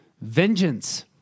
Vengeance